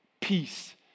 Peace